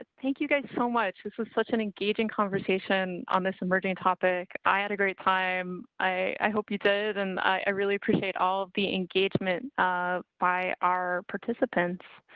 ah thank you guys so much. this is such an engaging conversation on this emerging topic. i had a great time. i hope you did. and i, i really appreciate all of the engagement um by our participants.